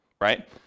right